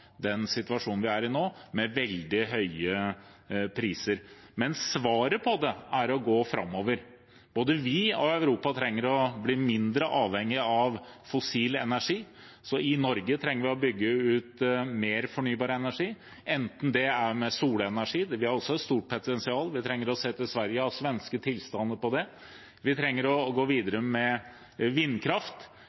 den situasjonen vi er i nå, med veldig høye priser. Svaret på det er å gå framover. Både vi og Europa trenger å bli mindre avhengige av fossil energi. I Norge trenger vi å bygge ut mer fornybar energi, f.eks. solenergi. Vi har et stort potensial der. Vi trenger å se til Sverige og ha svenske tilstander på det. Vi trenger å gå videre med vindkraft,